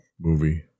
movie